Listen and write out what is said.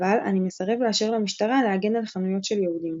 אבל אני מסרב לאשר למשטרה להגן על חנויות של יהודים.